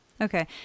okay